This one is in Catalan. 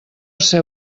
ser